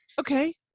Okay